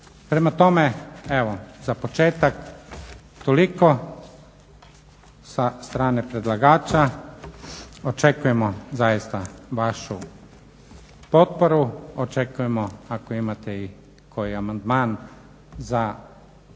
Prema tome, evo za početak toliko sa strane predlagača. Očekujemo zaista vašu potporu, očekujemo ako imate i koji amandman za još doraditi